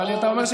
אבל אם אתה אומר,